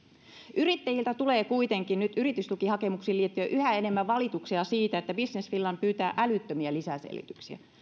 yrittäjiltä tulee kuitenkin nyt yritystukihakemuksiin liittyen yhä enemmän valituksia siitä että business finland pyytää älyttömiä lisäselvityksiä